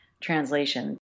translation